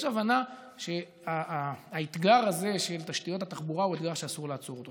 יש הבנה שהאתגר הזה של תשתיות התחבורה הוא אתגר שאסור לעצור אותו.